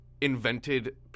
invented